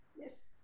Yes